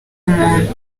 umuntu